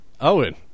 Owen